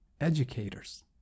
educators